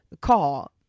call